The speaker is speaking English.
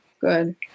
Good